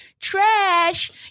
trash